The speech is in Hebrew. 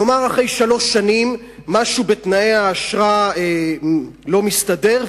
נאמר אחרי שלוש שנים משהו בתנאי האשרה לא מסתדר,